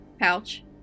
pouch